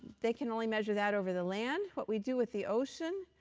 they can only measure that over the land. what we do with the ocean,